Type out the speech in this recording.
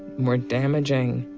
more damaging,